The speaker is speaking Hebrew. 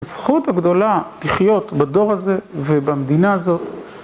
זכות הגדולה לחיות בדור הזה ובמדינה הזאת.